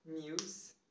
news